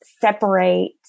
separate